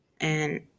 and-